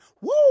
Woo